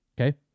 Okay